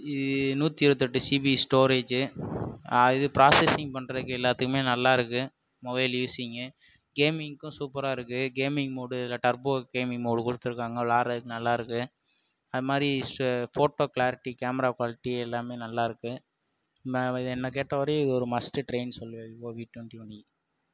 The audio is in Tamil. இ நூற்றி இருபத்தெட்டு ஜிபி ஸ்டோரேஜு இது ப்ராசஸிங் பண்றதுக்கு எல்லாத்துக்குமே நல்லா இருக்குது மொபைல் யூஸிங்கு கேமிங்க்கும் சூப்பராக இருக்குது கேமிங் மோடு இதில் டர்போ கேமிங் மோடு கொடுத்துருக்காங்க வெளாடுறதுக்கு நல்லாயிருக்கு அதுமாதிரி ச ஃபோட்டோ கிளாரிட்டி கேமரா குவாலிட்டி எல்லாமே நல்லாயிருக்கு என்னை கேட்ட வரையும் இது ஒரு மஸ்ட்டு ட்ரைன்னு சொல்லுவேன் விவோ வி டொண்ட்டி ஒன் இ